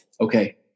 Okay